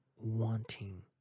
wanting